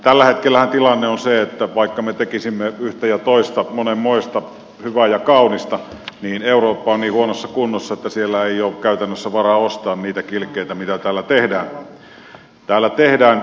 tällä hetkellähän tilanne on se että vaikka me tekisimme yhtä ja toista monenmoista hyvää ja kaunista niin eurooppa on niin huonossa kunnossa että siellä ei ole käytännössä varaa ostaa niitä kilkkeitä mitä täällä tehdään